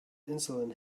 insulin